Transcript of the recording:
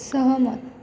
सहमत